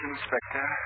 Inspector